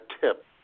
tip